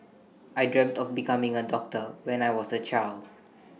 I dreamt of becoming A doctor when I was A child